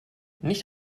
nicht